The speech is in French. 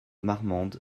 marmande